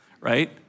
right